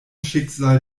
schicksal